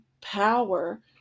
power